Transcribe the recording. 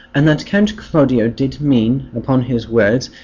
and that count claudio did mean, upon his words,